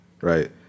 Right